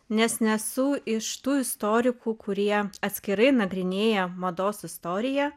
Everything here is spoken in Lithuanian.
nes nesu iš tų istorikų kurie atskirai nagrinėja mados istoriją